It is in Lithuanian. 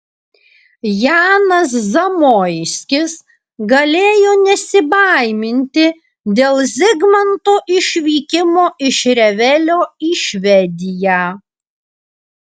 janas zamoiskis galėjo nesibaiminti dėl zigmanto išvykimo iš revelio į švediją